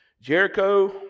Jericho